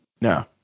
No